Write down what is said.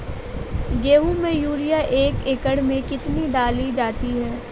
गेहूँ में यूरिया एक एकड़ में कितनी डाली जाती है?